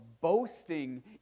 boasting